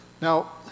Now